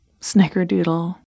snickerdoodle